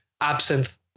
absinthe